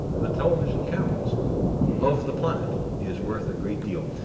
the television cameras of the planet, is worth a great deal.